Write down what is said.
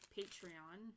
Patreon